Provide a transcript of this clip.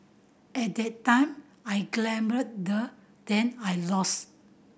at the time I then I lost